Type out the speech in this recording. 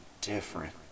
different